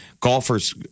golfers